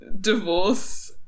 divorce